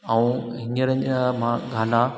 ऐं हींअर जा मां गाना